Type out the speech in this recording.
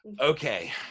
okay